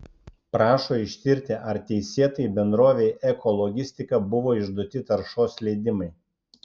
prašo ištirti ar teisėtai bendrovei ekologistika buvo išduoti taršos leidimai